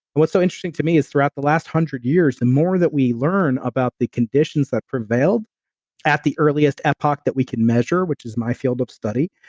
what's so interesting to me is throughout the last hundred years, the more that we learn about the conditions that prevailed at the earliest epoch that we can measure which is my field of study.